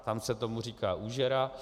Tam se tomu říká užera.